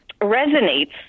resonates